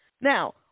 Now